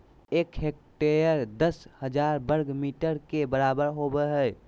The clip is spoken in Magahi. एक हेक्टेयर दस हजार वर्ग मीटर के बराबर होबो हइ